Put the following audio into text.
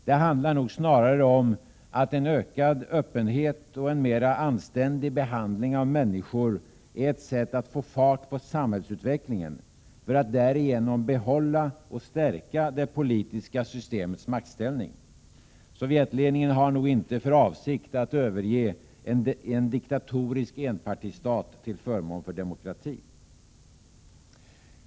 Det handlar nog snarare om att en ökad öppenhet och en mera anständig behandling av människor är ett sätt att få fart på samhällsutvecklingen för att därigenom behålla och stärka det politiska systemets maktställning. Sovjetledningen har nog inte för avsikt att överge en diktatorisk enpartistat till förmån för demokrati.